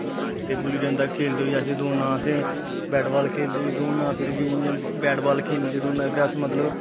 ते गुल्ली डडां खैलदे होई आसेगी दौड़ना असें बेटवाल खेलदे होई दौड़ना फिर जियां जियां वेटवाल खैलना च दौड़ना फिर अस मतलब